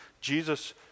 Jesus